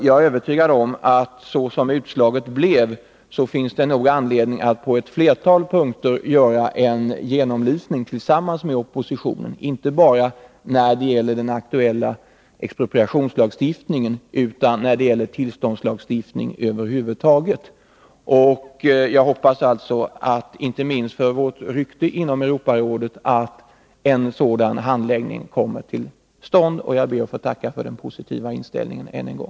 Jag är övertygad om att det, såsom utslaget blev, finns anledning att på ett flertal punkter göra en genomlysning tillsammans med oppositionen, inte bara när det gäller den aktuella expropritationslagstiftningen utan också när det gäller tillståndslagstiftning över huvud taget. Inte minst med tanke på vårt rykte inom Europarådet hoppas jag att en sådan handläggning kommer till stånd. Jag ber att än en gång få tacka för den positiva inställningen.